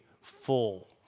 full